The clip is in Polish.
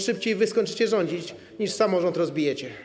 Szybciej wy skończycie rządzić, niż samorząd rozbijecie.